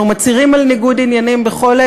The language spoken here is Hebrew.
אנחנו מצהירים על ניגוד עניינים בכל עת,